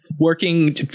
Working